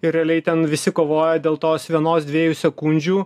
ir realiai ten visi kovoja dėl tos vienos dviejų sekundžių